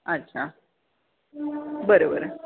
अच्छा बरं बरं